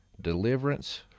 deliverance